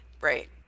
right